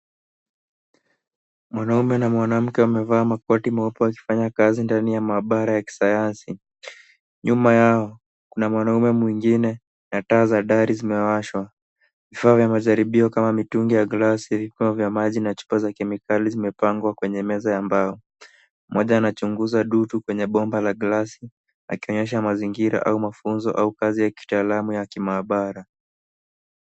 Mwanamme na mwanamke wamevaa makoti meupe wakifanya kazi ndani ya maabara ya kisanyansi. Nyuma yao kuna mwanaume mwingine na taa za dari zimeweshwa. Vifaa vya majaribio kama mitungi ya glasi, vifaa vya maji na chupa za kemikali zimepangwa Kwenye meza ya mbao. Mmoja anachunguza dutu kwenye bomba la glasi akionyesha mazingira au mafunzo au kazi ya kitaalamu ya kimaabara.